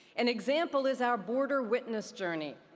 an example is our border witness journey.